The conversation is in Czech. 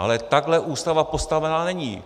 Ale takhle Ústava postavená není.